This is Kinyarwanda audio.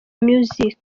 miyuziki